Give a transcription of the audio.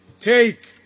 take